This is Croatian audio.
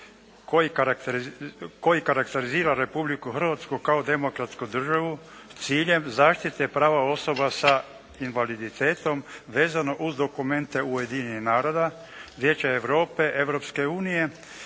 koji karakterizira Republiku Hrvatsku kao demokratsku državu s ciljem zaštite prava osoba s invaliditetom vezano uz dokumente Ujedinjenih naroda, Vijeća Europe, Europske unije